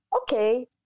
okay